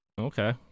Okay